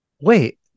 Wait